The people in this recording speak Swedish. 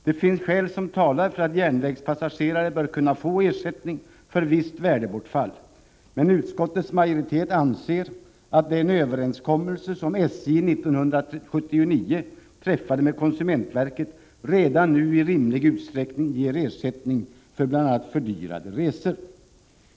Det finns skäl som talar för att järnvägspassagerare bör kunna få ersättning för visst värdebortfall, men utskottets majoritet anser att den överenskommelse som SJ 1979 träffade med konsumentverket redan nu i rimlig utsträckning ger ersättning för bl.a. fördyrade resor.